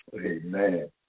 Amen